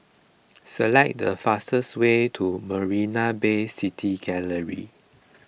select the fastest way to Marina Bay City Gallery